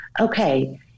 okay